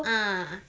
ah